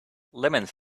lemons